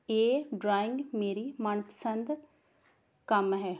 ਇਹ ਡਰਾਇੰਗ ਮੇਰਾ ਮਨ ਪਸੰਦ ਕੰਮ ਹੈ